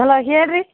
hello ಹೇಳಿ ರೀ